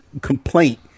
complaint